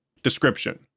Description